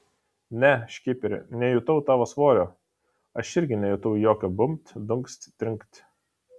ne škiperi nejutau tavo svorio aš irgi nejutau jokio bumbt dunkst trinkt